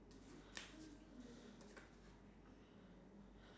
you know and then the experience obviously maybe they cannot like